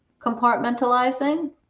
compartmentalizing